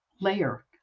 layer